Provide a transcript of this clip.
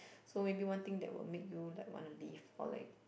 so maybe one thing that will make you like wanna live or like